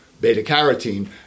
beta-carotene